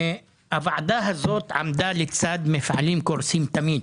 הוועדה הזאת עמדה לצד מפעלים קורסים תמיד,